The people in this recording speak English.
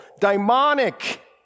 demonic